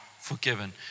forgiven